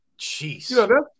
Jeez